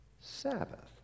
Sabbath